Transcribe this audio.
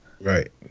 right